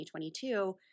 2022